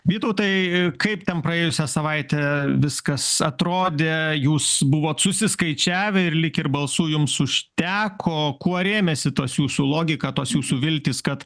vytautai kaip ten praėjusią savaitę viskas atrodė jūs buvot susiskaičiavę ir lyg ir balsų jums užteko kuo rėmėsi tos jūsų logika tos jūsų viltys kad